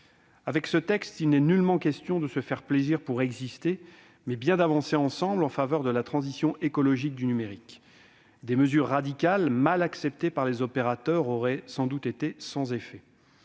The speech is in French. ce texte, il s'agit non pas de se faire plaisir pour exister, mais bien d'avancer ensemble en faveur de la transition écologique du numérique. Des mesures radicales, mal acceptées par les opérateurs, n'auraient sans doute eu aucun effet.